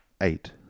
Eight